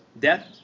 Death